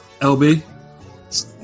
LB